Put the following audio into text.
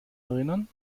erinnern